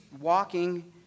walking